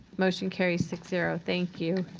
motion carries six zero. thank you.